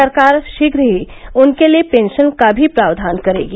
सरकार शीघ ही उनके लिए पेंशन का भी प्रावधान करेगी